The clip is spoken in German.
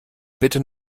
bitte